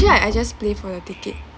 I just play for your ticket